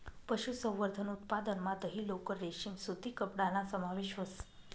पशुसंवर्धन उत्पादनमा दही, लोकर, रेशीम सूती कपडाना समावेश व्हस